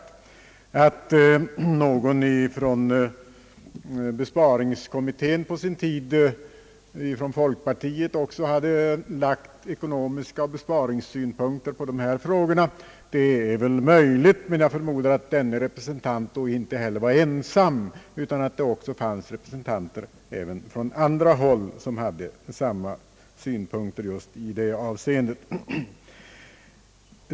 Det är möjligt att någon inom besparingskommittén på sin tid, också någon representant för folkpartiet, hade lagt ekonomiska synpunkter och besparingssynpunkter på dessa frågor, men jag förmodar att denne representant inte var ensam utan att också representanter från andra håll hade samma synpunkter just i det avseendet.